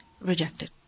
rejected